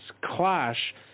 clash